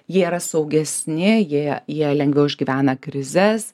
jie yra saugesni jie jie lengviau išgyvena krizes